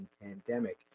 pandemic